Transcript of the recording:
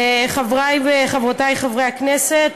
תודה, חברי וחברותי חברי הכנסת,